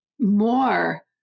more